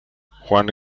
juan